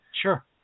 Sure